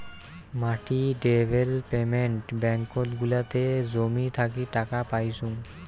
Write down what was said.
মাটি ডেভেলপমেন্ট ব্যাঙ্কত গুলাতে জমি থাকি টাকা পাইচুঙ